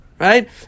right